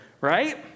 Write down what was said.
right